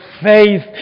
faith